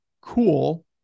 cool